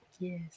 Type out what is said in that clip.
Yes